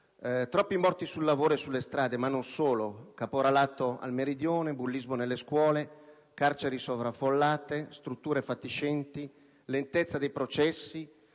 Troppi morti sul lavoro e sulle strade, ma non solo. Caporalato al Meridione, bullismo nelle scuole, carceri sovraffollate, strutture fatiscenti, lentezza dei processi,